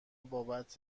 بابت